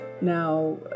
Now